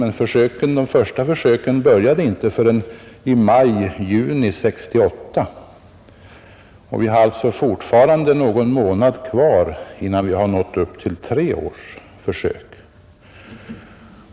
De första försöken började emellertid inte förrän i maj — juni 1968, och vi har alltså fortfarande någon månad kvar innan vi har nått upp till tre års försök.